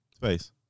Face